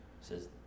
Says